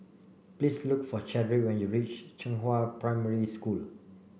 please look for Chadrick when you reach Zhenghua Primary School